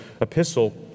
epistle